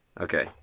Okay